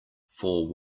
fore